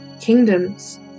kingdoms